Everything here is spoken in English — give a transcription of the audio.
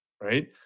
Right